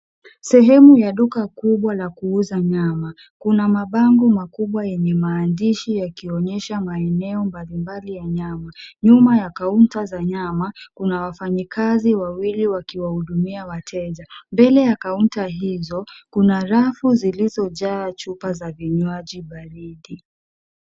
Sehemu ya duka kubwa la kuuza nyama. Kuna mabango makubwa yenye maandishi yakionyesha maeneo mbalimbali ya nyama. Nyuma ya kaunta za nyama kuna wafanyikazi wawili wakiwahudumia wateja. Mbele ya kaunta hizo kuna rafu zilizojaa chupa za vinywaji baridi.